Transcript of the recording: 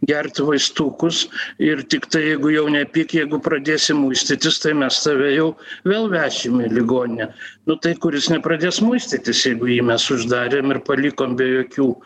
gert vaistukus ir tiktai jeigu jau nepyk jeigu pradėsi muistytis tai mes tave jau vėl vešim į ligoninę nu tai kur jis nepradės muistytis jeigu jį mes uždarėm ir palikom be jokių